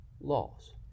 laws